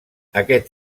aquest